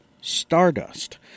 Stardust